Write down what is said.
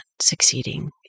succeeding